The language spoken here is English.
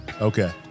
Okay